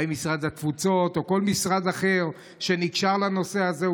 האם משרד התפוצות או כל משרד אחר שקשור לנושא הזה?